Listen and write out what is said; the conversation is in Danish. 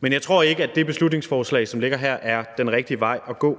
men jeg tror ikke, at det beslutningsforslag, som ligger her, er den rigtige vej at gå.